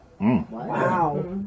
Wow